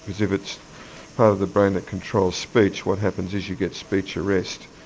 because if it's part of the brain that controls speech what happens is you get speech arrest.